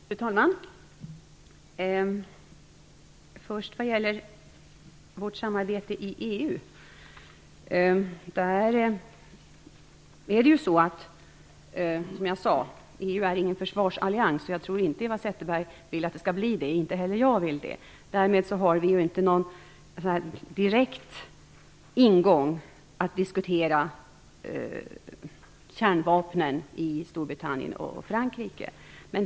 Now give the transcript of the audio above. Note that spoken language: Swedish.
Fru talman! När det först gäller vårt samarbete i EU är det så att EU inte är någon försvarsallians. Jag tror inte heller att Eva Zetterberg, liksom jag, vill att det skall bli det. Därmed finns det inte någon direkt ingång till att diskutera kärnvapnen i Storbritannien och Frankrike.